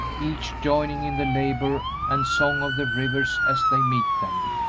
each joining in the labor and song of the rivers as they meet them,